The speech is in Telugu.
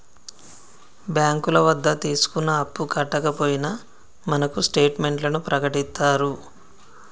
బ్యాంకుల వద్ద తీసుకున్న అప్పు కట్టకపోయినా మనకు స్టేట్ మెంట్లను ప్రకటిత్తారు